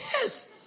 Yes